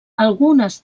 algunes